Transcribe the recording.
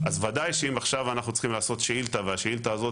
אז ודאי שאם עכשיו אנחנו צריכים לעשות שאילתה והשאילתה הזאת